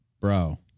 Bro